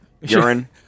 urine